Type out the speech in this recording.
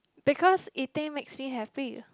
because eating makes me happy